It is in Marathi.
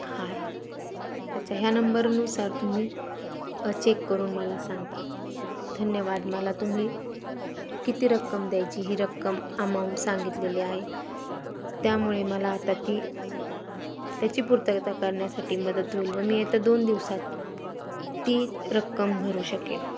हा आहे अच्छा ह्या नंबरनुसार तुम्ही चेक करून मला सांगताल धन्यवाद मला तुम्ही किती रक्कम द्यायची ही रक्कम अमाऊंट सांगितलेली आहे त्यामुळे मला आता ती त्याची पुर्तता करण्यासाठी मदत होईल व मी आता दोन दिवसात ती रक्कम भरू शकेल